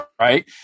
right